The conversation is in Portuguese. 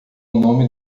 nome